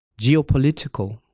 Geopolitical